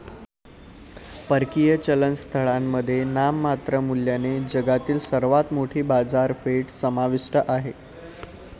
परकीय चलन स्थळांमध्ये नाममात्र मूल्याने जगातील सर्वात मोठी बाजारपेठ समाविष्ट आहे